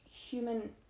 human